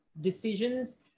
decisions